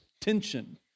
tension